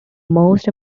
most